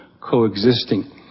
coexisting